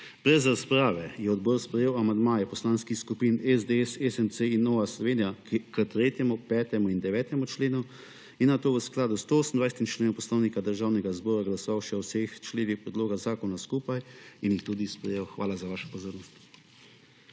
Brez razprave je odbor sprejel amandmaje poslanskih skupin SDS, SMC in Nova Slovenija k 3., 5. in 9. členu in nato v skladu s 128. členom Poslovnika Državnega zbora glasoval še o vseh členih predloga zakona skupaj in jih tudi sprejel. Hvala za vašo pozornost.